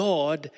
God